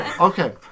Okay